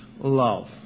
love